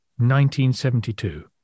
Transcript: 1972